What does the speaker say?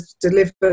delivered